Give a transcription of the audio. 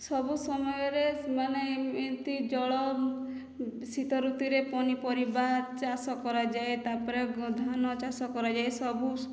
ସବୁ ସମୟରେ ମାନେ ଏମିତି ଜଳ ଶୀତ ଋତୁରେ ପନିପରିବା ଚାଷ କରାଯାଏ ତାପରେ କ ଧାନ ଚାଷ କରାଯାଏ ସବୁ